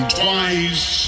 twice